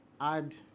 add